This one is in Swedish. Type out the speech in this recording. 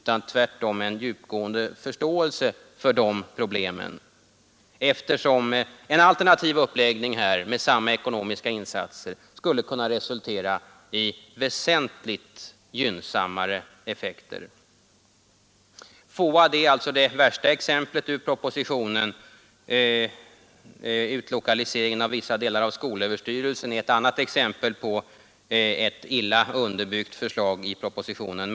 Tvärtom är det en djupgående förståelse för de problemen, eftersom en alternativ uppläggning med samma ekono miska insatser skulle kunna resultera i väsentligt gynnsammare effekter. FOA är det värsta exemplet ur propositionen. Utlokaliseringen av vissa delar av skolöverstyrelsen är ett annat exempel på ett illa underbyggt förslag i propositionen.